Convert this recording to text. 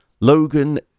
Logan